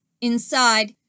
Inside